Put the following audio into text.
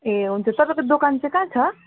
ए हुन्छ तपाईँको दोकान चाहिँ कहाँ छ